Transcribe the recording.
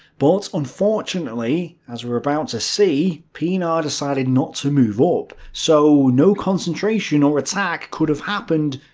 but unfortunately, as we're about to see, pienaar decided not to move up. so no concentration, or attack, could have happened,